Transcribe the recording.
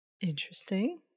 Interesting